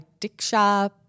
Diksha